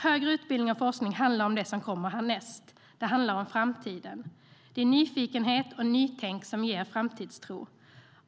Högre utbildning och forskning handlar om det som kommer härnäst. Det handlar om framtiden. Det är nyfikenhet och nytänk som ger framtidstro.